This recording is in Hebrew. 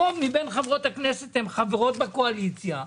הרוב מבין חברות הכנסת הן חברות בקואליציה,